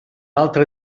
altre